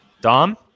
Dom